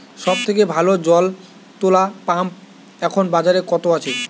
সব থেকে ভালো জল তোলা পাম্প এখন বাজারে কত আছে?